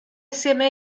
assieme